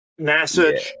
NASA